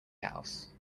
house